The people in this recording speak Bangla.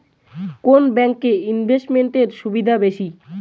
কোন ব্যাংক এ ইনভেস্টমেন্ট এর সুবিধা বেশি?